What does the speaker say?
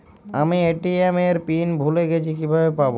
আমি এ.টি.এম এর পিন ভুলে গেছি কিভাবে পাবো?